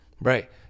Right